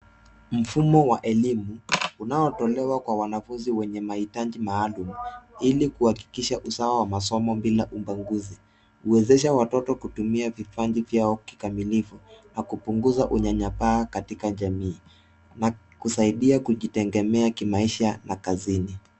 Mfumo wa elimu unaotolewa kwa wanafunzi wenye mahitaji maalumu, ili kuhakikisha usawa wa masomo bila ubaguzi. Uwezesha watoto kutumia vipaji vyao kikamilifu, na kupunguza unyanyapaa katika jamii, na kusaidia kujitegemea kimaisha na kazini.